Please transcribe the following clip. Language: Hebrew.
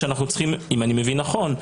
אם אני מבין נכון,